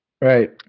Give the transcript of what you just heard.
right